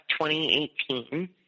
2018